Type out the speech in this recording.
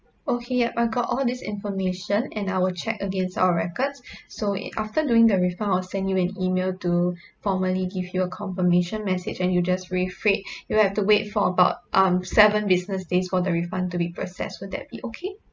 okay yup I've got all this information and I will check against our records so I after doing the refund I'll send you an email to formally give you a confirmation message and you just wa~ wait you have to wait for about um seven business days for the refund to be processed would that be okay